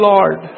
Lord